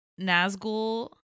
Nazgul